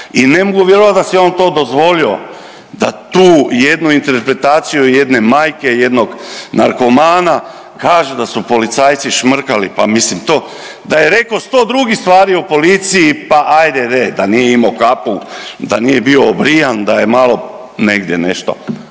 I ne mogu vjerovati da si on to dozvolio da tu jednu interpretaciju jedne majke jednog narkomana kaže da su policajci šmrkali, pa mislim to, da je rekao 100 drugih stvari o policiji pa ajde de, da nije imao kapu, da nije bio obrijan, da je malo negdje nešto,